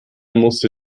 musste